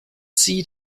sie